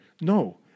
No